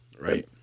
Right